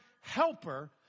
helper